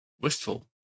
wistful